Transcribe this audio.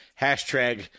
hashtag